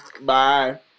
Bye